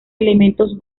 elementos